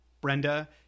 Brenda